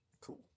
Cool